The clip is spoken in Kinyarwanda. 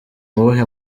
uwuhe